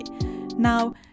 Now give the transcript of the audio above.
Now